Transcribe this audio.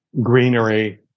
greenery